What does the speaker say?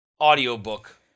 audiobook